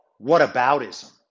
whataboutism